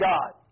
God